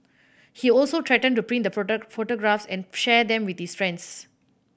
he also threatened to print the photographs and share them with his friends